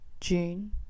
June